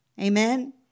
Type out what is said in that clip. Amen